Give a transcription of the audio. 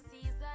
season